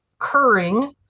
occurring